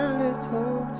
little